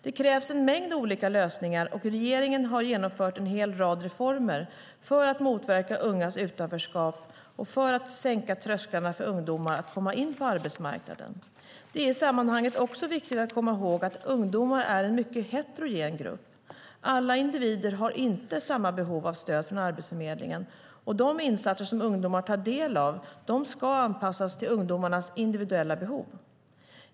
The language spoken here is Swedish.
Det krävs en mängd olika lösningar, och regeringen har genomfört en hel rad reformer för att motverka ungas utanförskap och sänka trösklarna för ungdomar att komma in på arbetsmarknaden. Det är i sammanhanget också viktigt att komma ihåg att ungdomar är en mycket heterogen grupp. Alla individer har inte samma behov av stöd från Arbetsförmedlingen, och de insatser som ungdomar tar del av ska anpassas till ungdomarnas individuella behov.